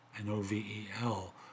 N-O-V-E-L